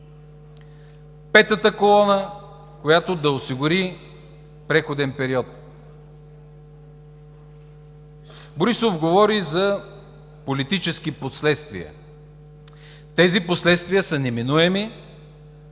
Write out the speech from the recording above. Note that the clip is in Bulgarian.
петата колона, която да осигури преходен период. Борисов говори за политически последствия. Тези последствия са неминуеми,